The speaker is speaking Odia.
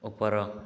ଉପର